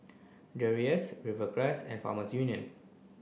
Dreyers Rivercrest and Farmer Union